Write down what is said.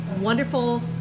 wonderful